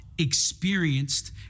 experienced